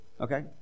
okay